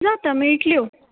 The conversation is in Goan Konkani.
जाता मेळटल्यो